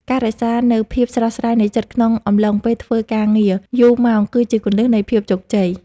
ការរក្សានូវភាពស្រស់ស្រាយនៃចិត្តក្នុងអំឡុងពេលធ្វើការងារយូរម៉ោងគឺជាគន្លឹះនៃភាពជោគជ័យ។